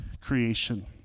creation